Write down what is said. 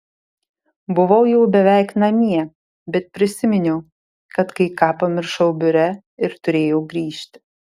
buvau jau beveik namie bet prisiminiau kad kai ką pamiršau biure ir turėjau grįžti